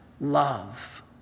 love